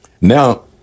now